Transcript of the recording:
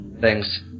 Thanks